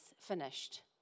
finished